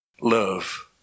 love